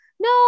No